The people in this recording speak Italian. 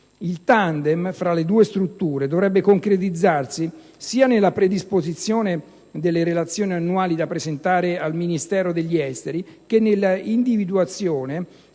Il tandem fra le due strutture dovrebbe concretizzarsi sia nella predisposizione delle relazioni annuali da presentare al Ministero degli esteri che nell'individuazione